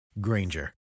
Granger